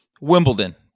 Wimbledon